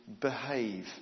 behave